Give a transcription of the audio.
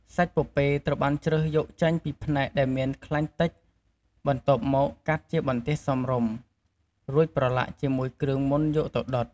សាច់ពពែត្រូវបានជ្រើសយកចេញពីផ្នែកដែលមានខ្លាញ់តិច បន្ទាប់មកកាត់ជាបន្ទះសមរម្យ រួចប្រឡាក់ជាមួយគ្រឿងមុនយកទៅដុត។